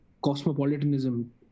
cosmopolitanism